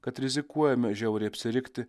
kad rizikuojame žiauriai apsirikti